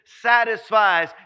satisfies